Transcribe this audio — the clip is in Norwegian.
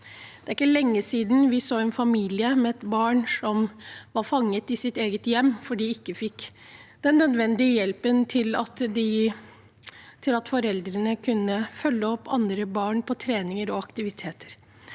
Det er ikke lenge siden vi så en familie som var fanget i sitt eget hjem fordi de ikke fikk den nødvendige hjelpen til at foreldrene kunne følge opp de andre barna på treninger og aktiviteter.